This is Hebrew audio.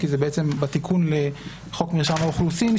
כי זה בתיקון לחוק מרשם האוכלוסין,